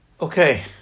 Okay